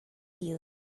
you